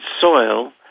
soil